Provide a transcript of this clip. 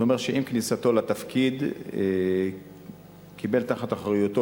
הוא אומר שעם כניסתו לתפקיד הוא קיבל תחת אחריותו,